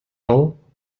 all